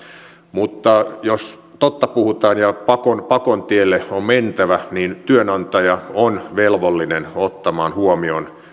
mutta jos totta puhutaan ja pakon pakon tielle on mentävä niin työnantaja on velvollinen ottamaan huomioon